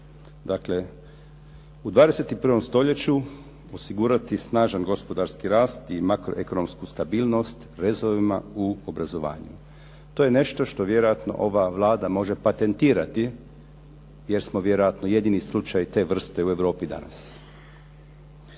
Dakle, u 21. stoljeću osigurati snažan gospodarski rast i makroekonomsku stabilnost rezovima u obrazovanju. To je nešto što vjerojatno ova Vlada može patentirati jer smo vjerojatno jedini slučaj te vrste u Europi danas.